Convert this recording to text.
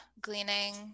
gleaning